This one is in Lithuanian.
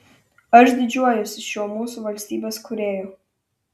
aš didžiuojuosi šiuo mūsų valstybės kūrėju